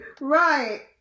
right